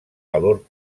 valor